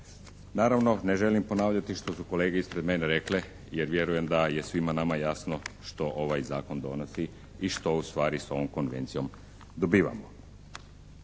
Naravno, ne želim ponavljati što su kolege ispred mene rekle jer vjerujem da je svima nama jasno što ovaj zakon donosi i što ustvari s ovom konvencijom dobivamo.